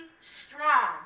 strong